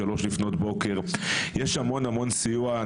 03:00 לפנות בוקר יש המון סיוע.